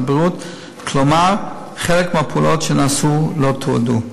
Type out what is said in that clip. כלומר, חלק מהפעולות שנעשו לא תועדו.